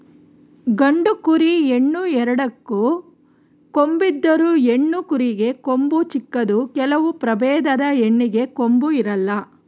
ಗಂಡು ಕುರಿ, ಹೆಣ್ಣು ಎರಡಕ್ಕೂ ಕೊಂಬಿದ್ದರು, ಹೆಣ್ಣು ಕುರಿಗೆ ಕೊಂಬು ಚಿಕ್ಕದು ಕೆಲವು ಪ್ರಭೇದದ ಹೆಣ್ಣಿಗೆ ಕೊಂಬು ಇರಲ್ಲ